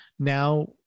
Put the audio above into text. Now